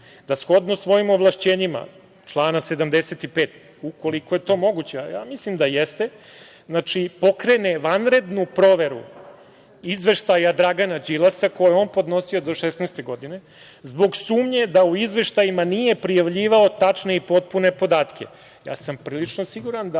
da shodno svojim ovlašćenjima člana 75. ukoliko je to moguće, a mislim da jeste, pokrene vanrednu proveru izveštaja Dragan Đilasa, koji je on podnosio do 2016. godine, zbog sumnje da u izveštajima nije prijavljivao tačne, potpune podatke. Prilično sam siguran da